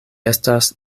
estas